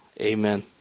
Amen